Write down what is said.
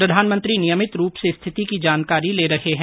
प्रधानमंत्री नियमित रूप से स्थिति की जानकारी ले रहे हैं